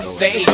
say